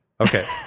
okay